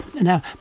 Now